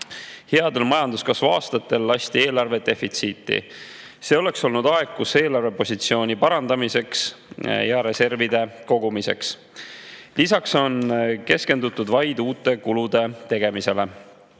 Headel majanduskasvu aastatel lasti eelarve defitsiiti. See oleks olnud [hea] aeg eelarvepositsiooni parandamiseks ja reservide kogumiseks. Lisaks on keskendutud vaid uute kulutuste tegemisele. Meid